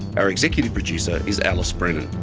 our executive producer is alice brennan.